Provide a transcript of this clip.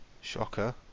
Shocker